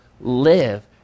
live